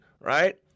right